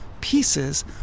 pieces